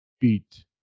beat